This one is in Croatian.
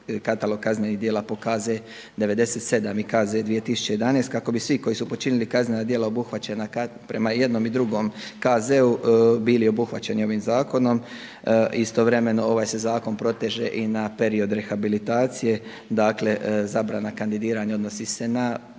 katalog kaznenih djela po KZ '97. i KZ 2011. kako bi svi koji su počinili kaznena djela obuhvaćena prema jednom i drugom KZ-u bili obuhvaćeni ovim zakonom. Istovremeno ovaj se zakon proteže i na period rehabilitacije, dakle zabrana kandidiranja odnosi se na